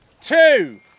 two